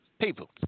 people